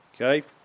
Okay